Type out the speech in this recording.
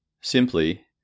Simply